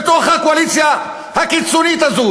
בתוך הקואליציה הקיצונית הזאת,